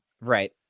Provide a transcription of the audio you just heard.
Right